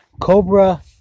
Cobra